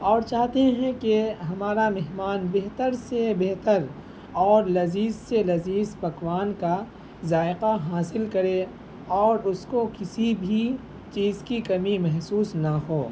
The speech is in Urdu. اور چاہتے ہیں کہ ہمارا مہمان بہتر سے بہتر اور لذیذ سے لذیذ پکوان کا ذائقہ حاصل کرے اور اس کو کسی بھی چیز کی کمی محسوس نہ ہو